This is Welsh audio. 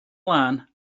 lân